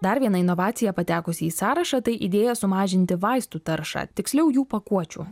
dar viena inovacija patekusi į sąrašą tai idėja sumažinti vaistų taršą tiksliau jų pakuočių